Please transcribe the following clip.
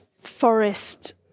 forest